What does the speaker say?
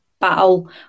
battle